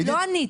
לא אני.